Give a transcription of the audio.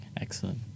Excellent